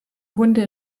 hunde